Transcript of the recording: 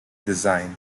designed